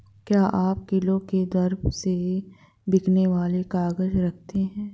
क्या आप किलो के दर से बिकने वाले काग़ज़ रखते हैं?